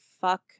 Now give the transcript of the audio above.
fuck